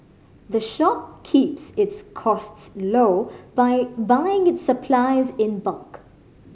the shop keeps its costs low by buying its supplies in bulk